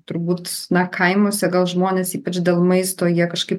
turbūt na kaimuose gal žmonės ypač dėl maisto jie kažkaip